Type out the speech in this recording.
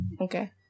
Okay